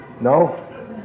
No